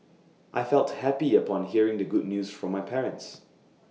I felt happy upon hearing the good news from my parents